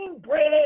bread